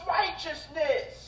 righteousness